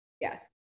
Yes